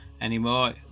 anymore